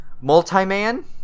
multi-man